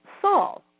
Saul